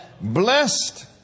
Blessed